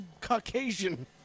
Caucasian